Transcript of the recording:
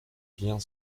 bien